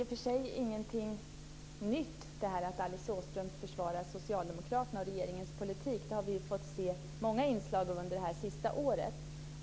Herr talman! Att Alice Åström försvarar socialdemokraterna och regeringens politik är inget nytt. Det har vi fått se många inslag av under det senaste året.